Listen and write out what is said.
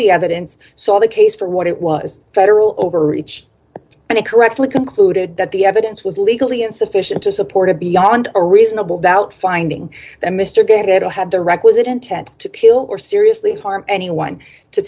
the evidence so the case for what it was federal overreach and it correctly concluded that the evidence was legally insufficient to support it beyond a reasonable doubt finding that mr gately i don't have the requisite intent to kill or seriously harm anyone to